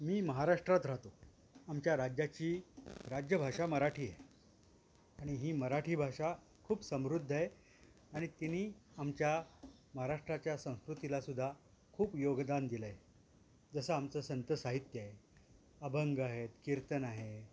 मी महाराष्ट्रात राहतो आमच्या राज्याची राज्यभाषा मराठी आहे आणि ही मराठी भाषा खूप समृद्ध आहे आणि तिने आमच्या महाराष्ट्राच्या संस्कृतीला सुद्धा खूप योगदान दिलं आहे जसं आमचं संत साहित्य आहो अभंग आहेत कीर्तन आहे